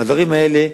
והדברים האלה,